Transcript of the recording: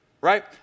right